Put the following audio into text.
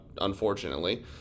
unfortunately